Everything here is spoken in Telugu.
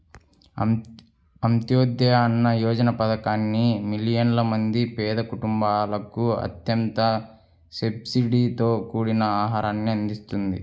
అంత్యోదయ అన్న యోజన పథకాన్ని మిలియన్ల మంది పేద కుటుంబాలకు అత్యంత సబ్సిడీతో కూడిన ఆహారాన్ని అందిస్తుంది